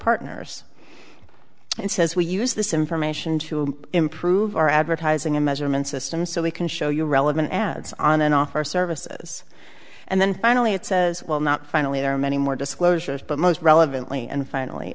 partners and says we use this information to improve our advertising and measurement systems so we can show you relevant ads on and off our services and then finally it says well not finally there are many more disclosures but most relevant lee and finally